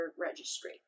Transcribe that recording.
registry